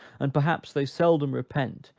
and perhaps they seldom repent,